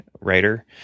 writer